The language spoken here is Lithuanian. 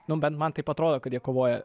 nu bent man taip atrodo kad jie kovoja